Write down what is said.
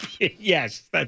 Yes